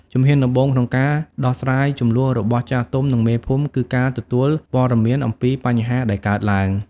ជំហានដំបូងក្នុងការដោះស្រាយជម្លោះរបស់ចាស់ទុំ និងមេភូមិ គឺការទទួលព័ត៌មានអំពីបញ្ហាដែលកើតឡើង។